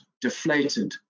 deflated